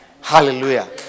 Hallelujah